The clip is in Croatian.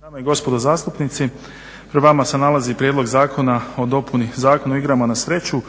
dame i gospodo zastupnici. Pred vama se nalazi Prijedlog zakona o dopuni Zakona o igrama na sreću.